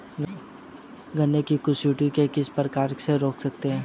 गन्ने में कंसुआ कीटों को किस प्रकार रोक सकते हैं?